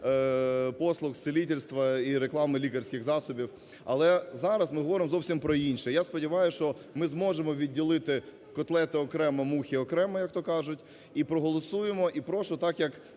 послуг з цілительства і реклами лікарських засобів. Але зараз ми говоримо зовсім про інше. Я сподіваюсь, що ми зможемо відділити котлету окремо мухи окремо, як то кажуть, і проголосуємо. І прошу, так як